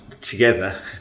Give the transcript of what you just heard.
Together